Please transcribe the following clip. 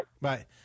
Bye